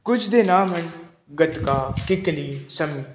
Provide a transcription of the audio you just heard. ਕੁਝ ਦੇ ਨਾਮ ਹਨ ਗੱਤਕਾ ਕਿੱਕਲੀ ਸੰਮੀ